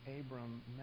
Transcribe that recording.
Abram